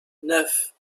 neuf